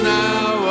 now